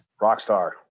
Rockstar